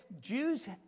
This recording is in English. Jews